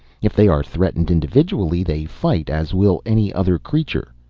if they are threatened individually, they fight, as will any other creature.